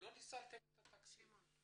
שלא ניצלתם את התקציב.